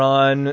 on